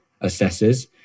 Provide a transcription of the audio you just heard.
assessors